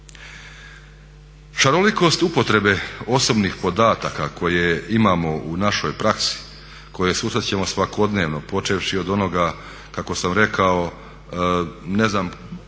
Šarolikost upotrebe osobnih podataka koje imamo u našoj praksi, koje susrećemo svakodnevno, počevši od onoga kako sam rekao, ne znam